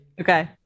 Okay